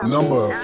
Number